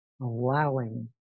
allowing